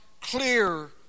clear